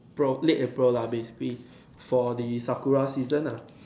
April late April lah basically for the sakura season lah